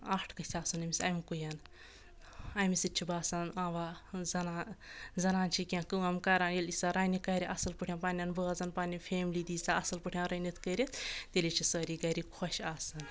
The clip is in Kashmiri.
اٹھ گٔژھِ آسٕنۍ أمِس اَمہِ کُیَن امہِ سۭتۍ چھُ باسان آوا زَنان زَنان چھِ کینٛہہ کٲم کَران ییٚلہِ سہَ رَنہِ کَرِ اَصٕل پٲٹھۍ پَننؠن بٲژَن پَننہِ فیملی دِی سہَ اَصٕل پٲٹھۍ رٔنِتھ کٔرِتھ تیٚلے چھِ سٲری گرِ خۄش آسان